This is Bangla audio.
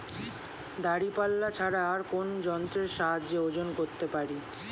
দাঁড়িপাল্লা ছাড়া আর কোন যন্ত্রের সাহায্যে ওজন করতে পারি?